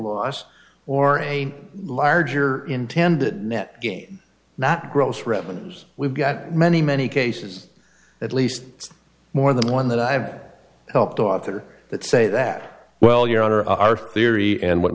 loss or a larger intended net gain not gross revenues we've got many many cases at least more than one that i've helped author that say that well your honor our theory and what